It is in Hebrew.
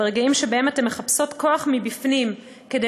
ברגעים שבהם אתן מחפשת כוח מבפנים כדי